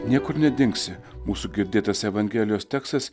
niekur nedingsi mūsų girdėtas evangelijos tekstas